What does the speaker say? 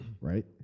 right